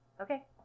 Okay